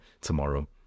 tomorrow